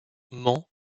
ment